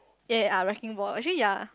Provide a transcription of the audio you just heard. ya ya uh wrecking ball actually ya